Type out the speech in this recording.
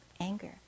anger